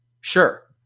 sure